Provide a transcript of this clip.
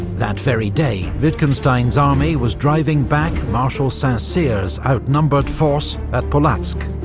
that very day, wittgenstein's army was driving back marshal saint-cyr's outnumbered force at polotsk,